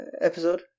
episode